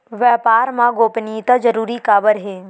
व्यापार मा गोपनीयता जरूरी काबर हे?